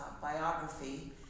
biography